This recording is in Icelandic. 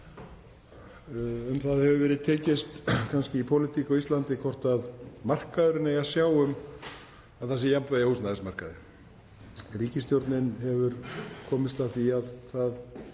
Það hefur verið tekist á um það í pólitík á Íslandi hvort markaðurinn eigi að sjá um að það sé jafnvægi á húsnæðismarkaði. Ríkisstjórnin hefur komist að því að það